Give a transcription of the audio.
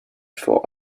for